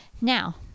Now